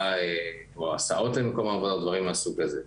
או הסעות למקום העבודה ודברים מהסוג זה.